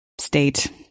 state